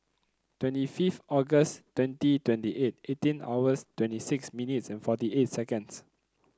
twenty fifth August twenty twenty eight eighteen hours twenty six minutes and forty eight seconds